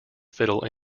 fiddle